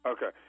Okay